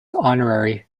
honorary